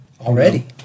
already